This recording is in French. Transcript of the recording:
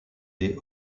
des